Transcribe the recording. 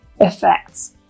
effects